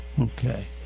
Okay